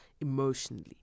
emotionally